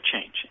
change